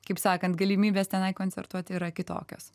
kaip sakant galimybės tenai koncertuoti yra kitokios